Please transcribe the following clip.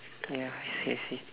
ya I see I see